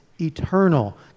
eternal